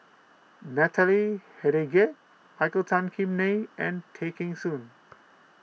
Natalie Hennedige Michael Tan Kim Nei and Tay Kheng Soon